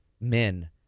men